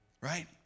right